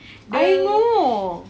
I know